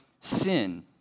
sin